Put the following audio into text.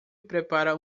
prepara